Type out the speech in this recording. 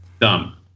dumb